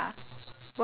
ya